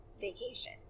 vacation